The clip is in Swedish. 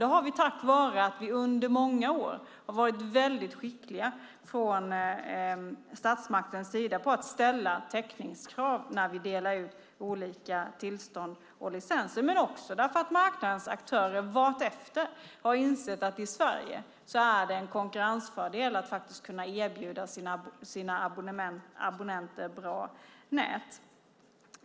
Det har vi tack vare att vi under många år har varit väldigt skickliga från statsmaktens sida på att ställa täckningskrav när vi delar ut olika tillstånd och licenser, men också därför att marknadens aktörer vartefter har insett att i Sverige är det en konkurrensfördel att kunna erbjuda sina abonnenter bra nät.